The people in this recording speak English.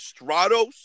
Stratos